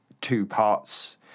two-parts